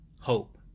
hope